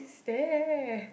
stare